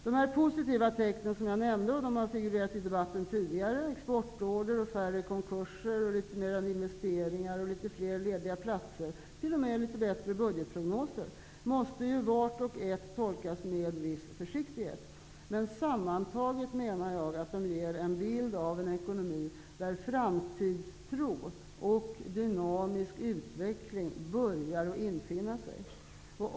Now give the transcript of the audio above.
De positiva tecknen som jag nämnde och som har figurerat i debatten tidigare -- fler exportorder, färre konkurser, fler investeringar, fler lediga platser och t.o.m. litet bättre budgetprognoser -- måste ju vart och ett tolkas med viss försiktighet. Men sammantaget menar jag att de ger en bild av en ekonomi i vilken framtidstro och dynamisk utveckling börjar infinna sig.